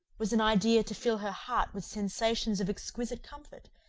was an idea to fill her heart with sensations of exquisite comfort,